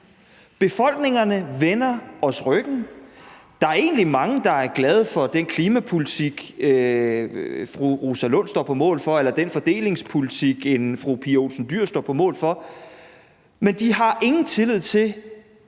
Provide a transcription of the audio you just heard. Befolkningerne vender os ryggen. Der er egentlig mange, der er glade for den klimapolitik, fru Rosa Lund står på mål for, eller den fordelingspolitik, f.eks. fru Pia Olsen Dyhr står på mål for, men de har ingen tillid til,